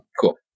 Cool